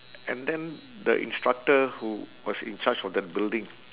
and then the instructor who was in charge of that building